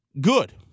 good